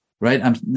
right